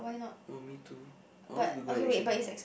um me too I wanted to go actually